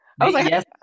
Yes